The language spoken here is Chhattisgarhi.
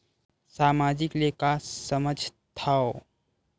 सामाजिक ले का समझ थाव?